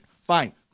Fine